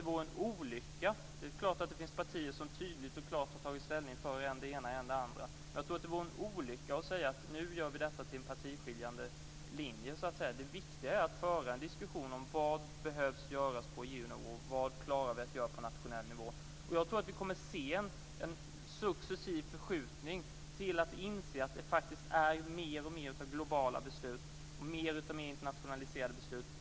Det är klart att det finns partier som tydligt och klart har tagit ställning för än det ena än det andra. Men jag tror att det vore en olycka att säga att nu gör vi detta till en partiskiljande linje. Det viktiga är att föra en diskussion om vad som behöver göras på EU nivå och vad vi klarar att göra på nationell nivå. Jag tror att vi kommer att se en successiv förskjutning så att vi inser att det faktiskt handlar om mer och mer av globala beslut, mer och mer av internationaliserade beslut.